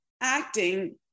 acting